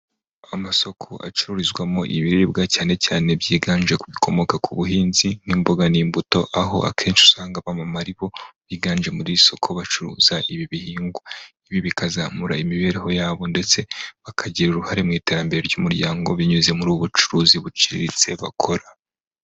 Amasoko acururizwamo ibiribwa cyane cyane byiganje ku bikomoka ku buhinzi nk'imboga n'imbuto aho akenshi usanga abamama ari bo biganje muri soko bacuruza ibi bihingwa ibi bikazamura imibereho yabo ndetse bakagira uruhare mu iterambere ry'umuryango binyuze muri ubu bucuruzi buciriritse bakora.